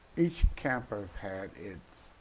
each campus had its